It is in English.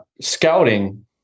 scouting